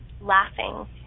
laughing